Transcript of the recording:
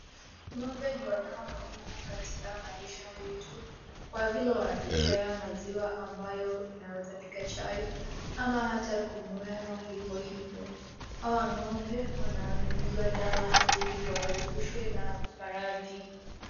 Ngombe ni wanyama muhimu katika maisha yetu kwa vile wanatupea maziwa ambayo inaweza pika chai ama ata kunywewa hivo hivyo hawa ngombe wananyunyizwa dawa ili waepushwe na maradhi.